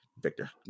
Victor